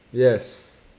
yes